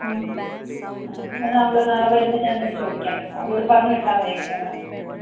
ഉം ആ എന്നാൽ അവൾ നാളെ വരുമ്പം ഞാൻ ഒന്ന് ചോദിക്കാം അവളോട് പറഞ്ഞ് വിട്ടാൽ മതി ഇങ്ങനെയൊന്ന്